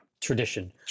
Tradition